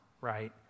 right